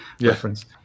reference